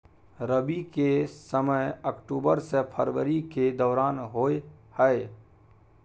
रबी फसल के समय अक्टूबर से फरवरी के दौरान होय हय